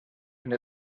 and